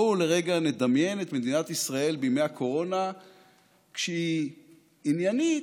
בואו לרגע נדמיין את מדינת ישראל בימי הקורונה כשהיא עניינית,